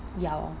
ya